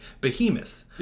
Behemoth